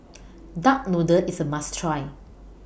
Duck Noodle IS A must Try